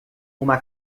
uma